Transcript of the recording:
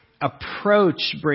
approach